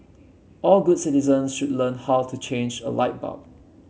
all good citizen should learn how to change a light bulb